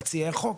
מציעי החוק,